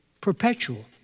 perpetual